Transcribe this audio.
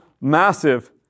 massive